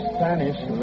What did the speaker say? Spanish